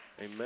Amen